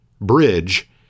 Bridge